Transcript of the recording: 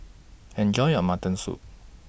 Enjoy your Mutton Soup